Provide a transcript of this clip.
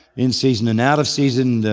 in season and out of season,